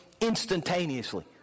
instantaneously